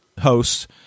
Hosts